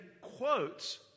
quotes